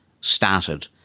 started